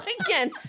again